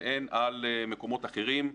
שאין על מקומות אחרים.